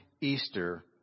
Easter